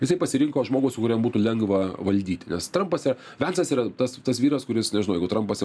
jisai pasirinko žmogų su kuriam būtų lengva valdyti nes trampas yra vensas yra tas tas vyras kuris nežinau jeigu trampas jam